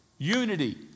Unity